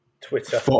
Twitter